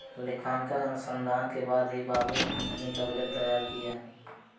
लेखांकन अनुसंधान के बाद ही बॉबी ने कंपनी का बजट तैयार किया